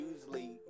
usually